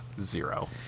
zero